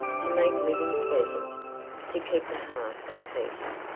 to make living pleasant to keep the heart at peace.